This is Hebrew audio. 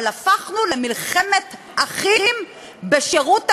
אבל פתחנו במלחמת אחים בשירות הפוליטיקאים,